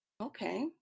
Okay